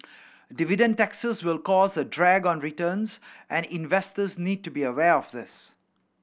dividend taxes will cause a drag on returns and investors need to be aware of this